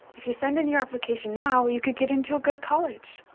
if you send in your application now, you can get into a good college.